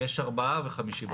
יש ארבעה, וחמישי בדרך.